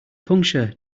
puncture